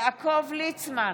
הם ייקחו מהזמן שלך.